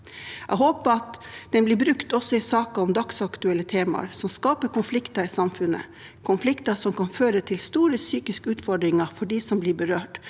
Jeg håper at den blir brukt også i saker om dagsaktuelle temaer som skaper konflikter i samfunnet, konflikter som kan føre til store psykiske utfordringer for dem som blir berørt,